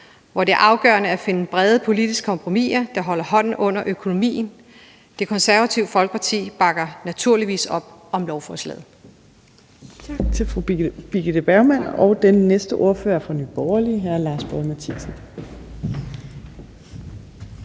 hvor det er afgørende at finde brede politiske kompromiser, der holder hånden under økonomien. Det Konservative Folkeparti bakker naturligvis op om lovforslaget. Kl. 13:45 Fjerde næstformand (Trine Torp): Tak til fru Birgitte Bergman. Og den næste ordfører er fra Nye Borgerlige, hr. Lars Boje Mathiesen.